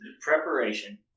Preparation